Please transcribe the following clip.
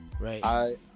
Right